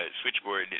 switchboard